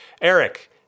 eric